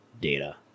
data